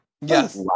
Yes